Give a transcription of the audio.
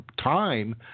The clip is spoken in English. time